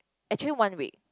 actually one week